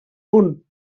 punt